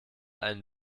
einen